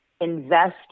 invest